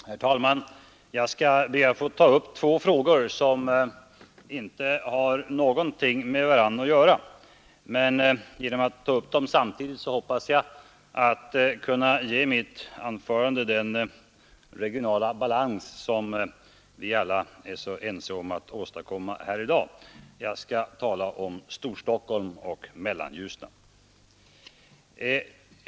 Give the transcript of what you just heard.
Herr talman! Jag skall be att få ta upp två frågor som inte har någonting med varandra att göra, men genom att ta upp dem samtidigt hoppas jag att kunna ge mitt anförande den regionala balans som vi alla i dag är så ense om att åstadkomma. Jag skall tala om Storstockholm och Mellanljusnan.